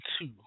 two